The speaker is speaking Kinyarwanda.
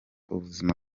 ubuzima